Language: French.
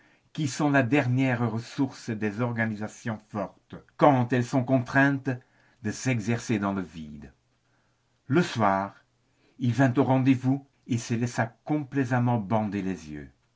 qui sont la dernière ressource des organisations fortes quand elles sont contraintes de s'exercer dans le vide le soir il vint au rendez-vous et se laissa complaisamment bander les yeux